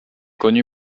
connu